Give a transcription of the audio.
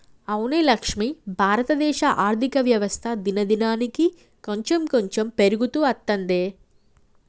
అవునే లక్ష్మి భారతదేశ ఆర్థిక వ్యవస్థ దినదినానికి కాంచెం కాంచెం పెరుగుతూ అత్తందే